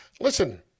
Listen